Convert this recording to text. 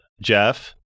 Jeff